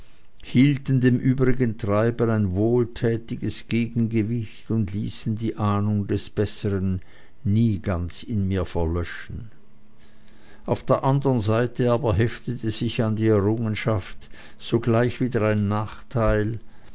hielten dem übrigen treiben ein wohltätiges gegengewicht und ließen die ahnung des bessern nie ganz in mir verlöschen auf der anderen seite aber heftete sich an die errungenschaft sogleich wieder ein nachteil